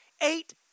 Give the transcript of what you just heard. eight